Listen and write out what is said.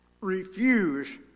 refuse